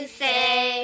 say